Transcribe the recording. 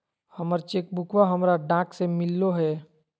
हमर चेक बुकवा हमरा डाक से मिललो हे